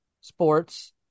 sports